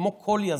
כמו כל יזם,